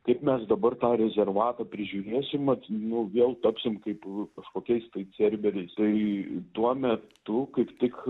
kaip mes dabar tą rezervatą prižiūrėsim vat nu vėl tapsim kaip kažkokiais tai cerberiais tai tuo metu kaip tik